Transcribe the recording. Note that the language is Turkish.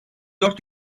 dört